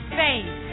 faith